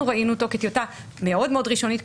ראינו אותו כטיוטה מאוד מאוד ראשונית,